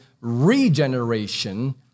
regeneration